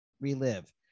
relive